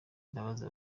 imbabazi